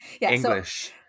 english